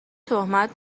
تهمت